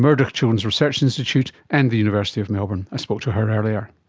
murdoch children's research institute and the university of melbourne. i spoke to her earlier.